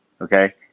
Okay